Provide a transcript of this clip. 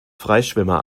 freischwimmer